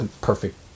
perfect